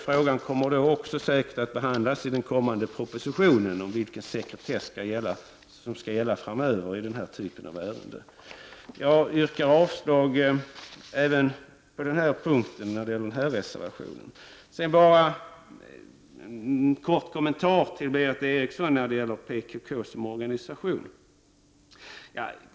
Frågan kommer säkerligen även att behandlas i den kommande propositionen. Jag yrkar således avslag på de två reservationerna. Berith Eriksson talade om PKK som organisation.